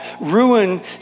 ruin